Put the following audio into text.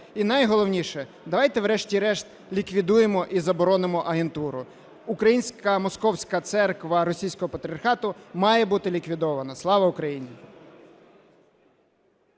І найголовніше, давайте врешті-решт ліквідуємо і заборонимо агентуру. Українська московська церква російського патріархату має бути ліквідована. Слава Україні!